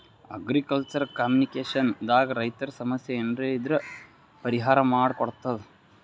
agriculture communication ದಾಗ್ ರೈತರ್ ಸಮಸ್ಯ ಏನರೇ ಇದ್ರ್ ಪರಿಹಾರ್ ಮಾಡ್ ಕೊಡ್ತದ್